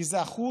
כי זה אחוז